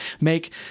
make